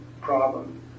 problem